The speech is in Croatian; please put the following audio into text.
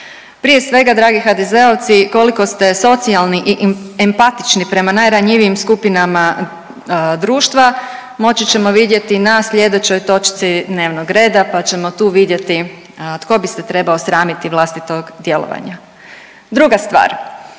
Prije svega dragi HDZ-ovci koliko ste socijalni i empatični prema najranjivijim skupinama društva moći ćemo vidjeti na slijedećoj točci dnevnog reda pa ćemo tu vidjeti tko bi se trebao sramiti vlastitog djelovanja. Druga stvar,